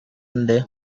nde